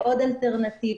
על המצלמות.